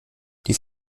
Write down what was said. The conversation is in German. die